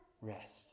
rest